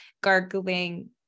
gargling